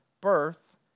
birth